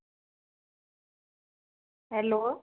hello